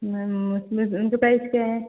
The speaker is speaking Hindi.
मैम उसमें उनके प्राइस क्या है